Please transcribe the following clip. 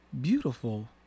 beautiful